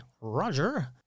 Roger